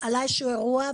שיש אירוע,